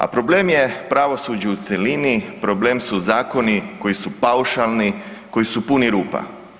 A problem je pravosuđe u cjelini, problem su zakoni koji su paušalni, koji su puni rupa.